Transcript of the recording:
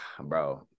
bro